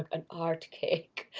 an art cake,